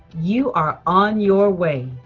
you are on your way!